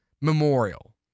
memorial